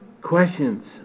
questions